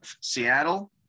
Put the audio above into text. Seattle